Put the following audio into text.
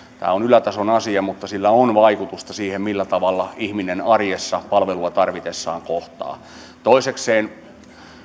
tämä on ylätason asia mutta sillä on vaikutusta siihen millä tavalla ihminen arjessa palvelua tarvitessaan kohtaa toisekseen